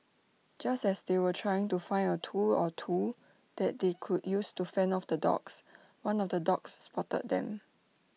just as they were trying to find A tool or two that they could use to fend off the dogs one of the dogs spotted them